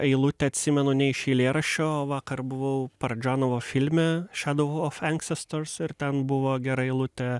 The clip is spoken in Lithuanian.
eilutę atsimenu ne iš eilėraščio vakar buvau paradžonovo filme šadou of ensestors ir ten buvo gera eilutė